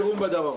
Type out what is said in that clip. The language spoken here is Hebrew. הצבעה.